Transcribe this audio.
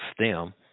STEM